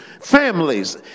families